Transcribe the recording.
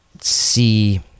see